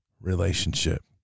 relationship